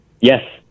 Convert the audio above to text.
Yes